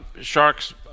sharks